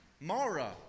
Mara